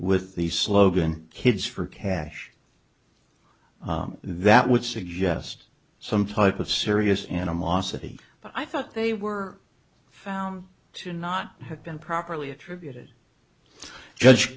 with the slogan kids for cash that would suggest some type of serious animosity but i thought they were found to not have been properly attributed to judge